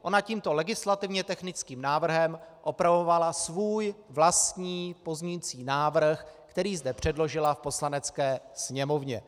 Ona tímto legislativně technickým návrhem opravovala svůj vlastní pozměňovací návrh, který zde předložila v Poslanecké sněmovně.